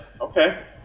Okay